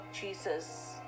Jesus